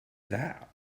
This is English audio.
that